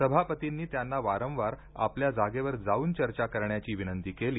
सभापतींनी त्यांना वारंवार आपल्या जागेवर जाऊन चर्चा करण्याची विनंती केली